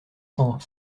cent